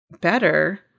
better